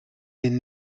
den